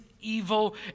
evil